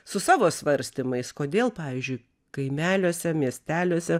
su savo svarstymais kodėl pavyzdžiui kaimeliuose miesteliuose